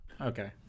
Okay